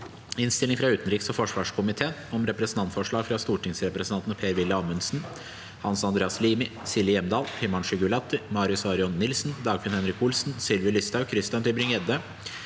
Innstilling fra utenriks- og forsvarskomiteen om Representantforslag fra stortingsrepresentantene Per- Willy Amundsen, Hans Andreas Limi, Silje Hjemdal, Himanshu Gulati, Marius Arion Nilsen, Dagfinn Henrik Olsen, Sylvi Listhaug og Christian Tybring-Gjedde